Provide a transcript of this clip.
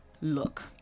look